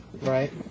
right